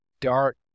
dark